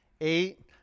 eight